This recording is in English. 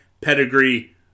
pedigree